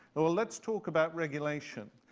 well let's talk about regulation.